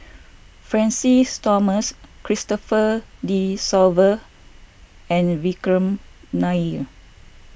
Francis Thomas Christopher De Souza and Vikram Nair